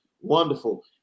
Wonderful